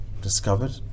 discovered